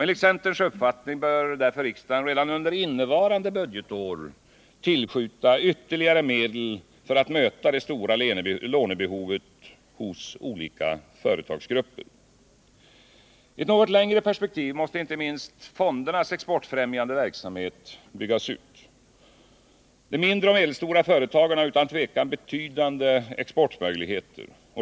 Enligt centerns uppfattning bör därför riksdagen redan under innevarande budgetår tillskjuta ytterligare medel för att möta det stora lånebehovet hos olika företagsgrupper. I ett något längre perspektiv måste inte minst fondernas exportfrämjande verksamhet byggas ut. De mindre och medelstora företagen har utan tvivel betydande exportmöjligheter.